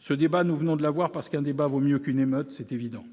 Ce débat, nous venons de l'avoir parce qu'un débat vaut mieux qu'une émeute, c'est évident